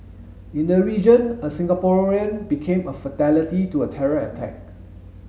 in the region a Singaporean became a fatality to a terror attack